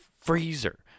freezer